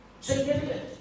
Significant